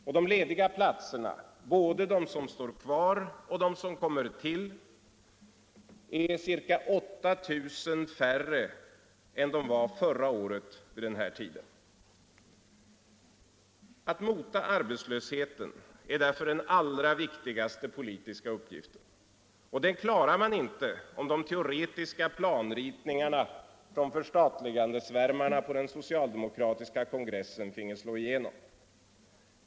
Och de lediga platserna, både de som står kvar och de som kommer till, är ca 8000 färre än de var förra året vid den här tiden. Att mota arbetslösheten är därför den allra viktigaste politiska uppgiften. Den uppgiften klarar man inte om de teoretiska planritningarna från förstatligandesvärmarna på den socialdemokratiska kongressen får slå igenom.